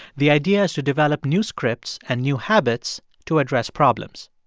the idea is to develop new scripts and new habits to address problems.